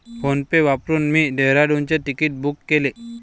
PhonePe वापरून मी डेहराडूनचे तिकीट बुक केले